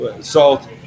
Salt